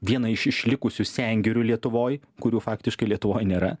viena iš išlikusių sengirių lietuvoj kurių faktiškai lietuvoj nėra